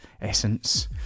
essence